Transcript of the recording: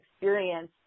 experience